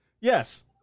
Yes